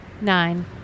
Nine